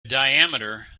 diameter